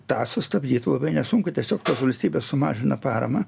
tą sustabdytų nesunku tiesiog valstybė sumažina paramą